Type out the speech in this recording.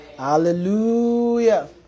Hallelujah